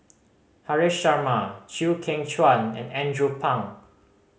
Haresh Sharma Chew Kheng Chuan and Andrew Phang